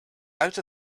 out